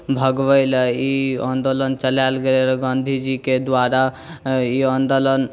भगबैलए ई आन्दोलन चलाएल गेल रहै गाँधीजीके द्वारा ई आन्दोलन